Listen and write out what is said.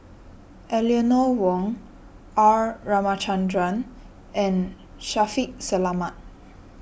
Eleanor Wong R Ramachandran and Shaffiq Selamat